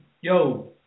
Yo